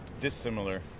dissimilar